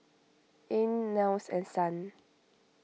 Ean Niles and Son